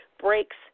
breaks